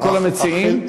לכל המציעים,